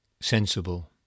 sensible